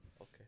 okay